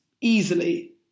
easily